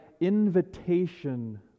invitation